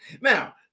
Now